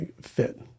fit